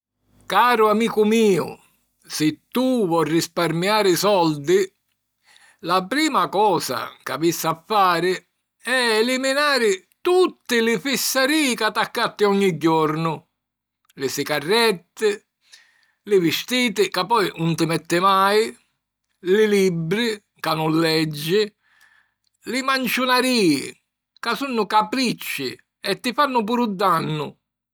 Caru amicu miu si tu vo' rsiparmiari soldi, la prima cosa ca avissi a fari è eliminari tutti li fissarìi ca t'accatti ogni jornu: li sicarretti, li vistiti ca poi 'un ti metti mai, li libbri ca nun leggi, li manciunarìi ca sunnu capricci e ti fannu puru dannu.